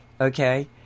okay